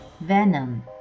Venom